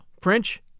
French